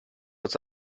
als